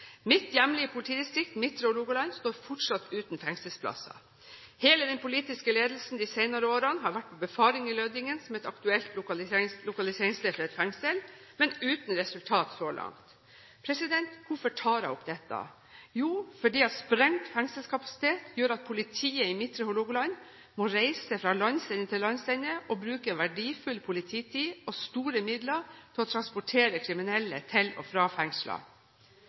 Mitt hjemlige politidistrikt, Midtre Hålogaland, står fortsatt uten fengselsplasser. Hele den politiske ledelsen de senere årene har vært på befaring i Lødingen, som er et aktuelt lokaliseringssted for et fengsel, men uten resultat så langt. Hvorfor tar jeg opp dette? Jo, det er fordi sprengt fengselskapasitet gjør at politiet i Midtre Hålogaland må reise fra landsende til landsende og bruke verdifull polititid og store midler på å transportere kriminelle til og fra fengsler.